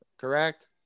Correct